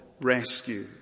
rescue